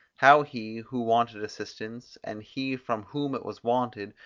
how he, who wanted assistance, and he from whom it was wanted,